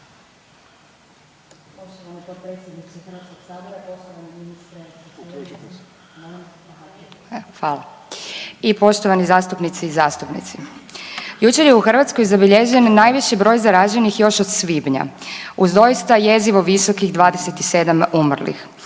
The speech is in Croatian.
hvala i poštovani zastupnici i zastupnice, jučer je u Hrvatskoj zabilježen najviši broj zaraženih još od svibnja uz doista jezivo visokih 27 umrlih.